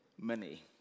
money